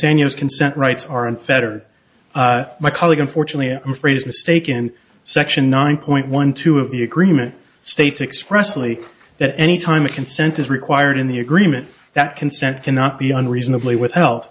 seniors consent rights are unfettered my colleague unfortunately i'm afraid is mistaken in section nine point one two of the agreement states expressly that any time a consent is required in the agreement that consent cannot be unreasonably with health